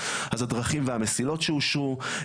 אז הדרכים והמסילות שאושרו,